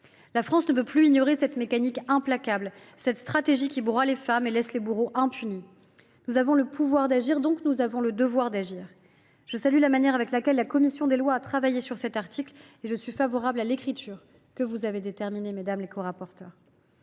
La France ne peut plus ignorer cette mécanique implacable, cette stratégie qui broie les femmes et laisse les bourreaux impunis. Nous avons le pouvoir d’agir, donc nous avons le devoir d’agir. Je salue la manière avec laquelle la commission des lois a travaillé sur l’article relatif au sujet que je viens de mentionner, et je suis favorable